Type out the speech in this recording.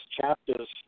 chapters